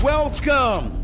Welcome